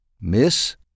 Miss